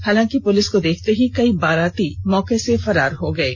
हालांकि पुलिस को देखते ही कई बाराती मौके से फरार हो गये